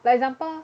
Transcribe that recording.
like example